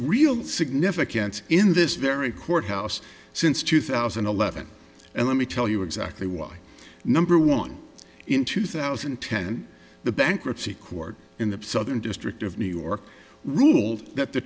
real significance in this very courthouse since two thousand and eleven and let me tell you exactly why number one in two thousand and ten the bankruptcy court in the southern district of new york ruled that the